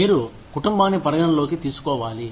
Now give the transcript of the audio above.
మీరు కుటుంబాన్ని పరిగణలోకి తీసుకోవాలి